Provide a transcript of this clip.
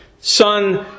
son